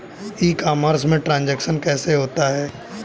ई commerce में transaction कैसे होता है?